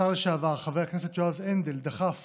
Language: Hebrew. השר לשעבר חבר הכנסת יועז הנדל, דחף